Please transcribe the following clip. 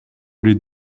les